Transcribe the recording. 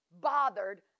bothered